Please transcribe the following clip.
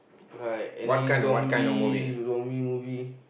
like any zombie zombie movie